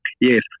Yes